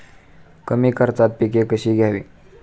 कमी खर्चात पिके कशी घ्यावी?